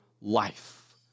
life